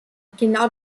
genau